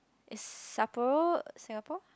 is Sapporo Singapore